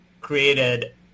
created